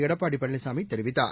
எடப்பாடி பழனிசாமி தெரிவித்தார்